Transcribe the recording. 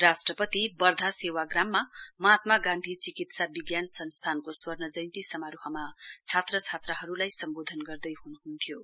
राष्ट्रपति वर्धा सेवाग्राममा महात्मा गान्धी चिकित्सा विज्ञान संस्थानको स्वर्ण जयन्ती समारोहमा छात्र छात्राहरूलाई सम्बोधन गर्दैहन्हन्थ्यो